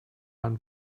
ein